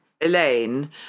Elaine